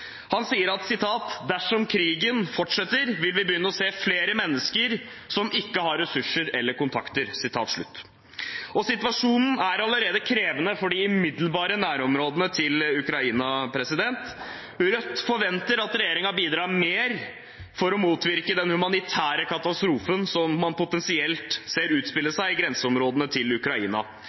Han sier at dersom krigen fortsetter, vil vi begynne å se flere mennesker som ikke har ressurser eller kontakter. Situasjonen er allerede krevende for de umiddelbare nærområdene til Ukraina. Rødt forventer at regjeringen bidrar mer for å motvirke den humanitære katastrofen som man potensielt ser utspille seg i grenseområdene til Ukraina. Regjeringen har hittil bevilget inntil 2 mrd. kr i humanitær støtte til arbeidet i Ukraina.